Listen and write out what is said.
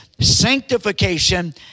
sanctification